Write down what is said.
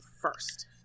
first